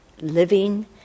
living